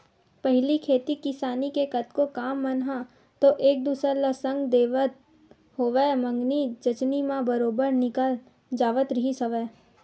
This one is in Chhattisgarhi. पहिली खेती किसानी के कतको काम मन ह तो एक दूसर ल संग देवत होवय मंगनी जचनी म बरोबर निकल जावत रिहिस हवय